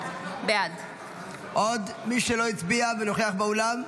בעד עוד מישהו שלא הצביע ונוכח באולם?